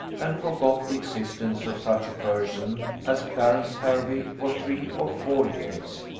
and forgot the existence of such a person as clarence hervey for three or four years.